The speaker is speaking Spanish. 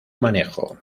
manejo